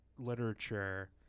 literature